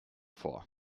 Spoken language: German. vor